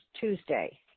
tuesday